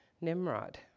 Nimrod